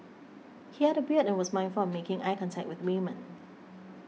he had a beard and was mindful of making eye contact with women